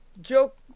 joke